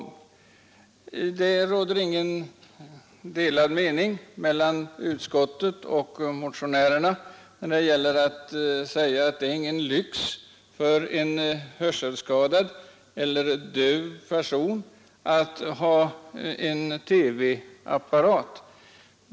Underlättande för vissa handikappade att ta del av Sveriges Radios programutbud Det råder inga delade meningar mellan utskottet och motionärerna i fråga om att det inte är någon lyx för en hörselskadad eller döv person att ha en TV-apparat.